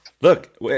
Look